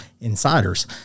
insiders